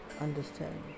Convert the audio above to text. understand